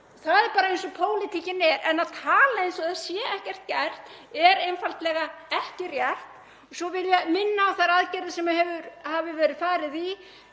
það er bara eins og pólitíkin er, en að tala eins og það sé ekkert gert er einfaldlega ekki rétt. Svo vil ég minna á þær aðgerðir, sem hefur verið farið í